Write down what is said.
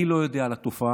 אני לא יודע על התופעה,